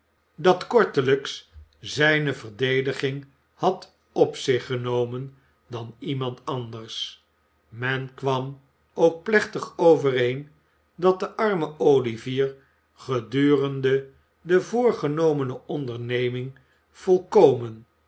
dat kortelijks zijne verdediging had op zich genomen dan iemand anders men kwam ook plechtig overeen dat de arme olivier gedurende de voorgenomene onderneming volkomen